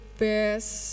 best